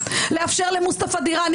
לאפשר למוסטפא דיראני,